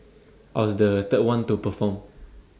I was the third one to perform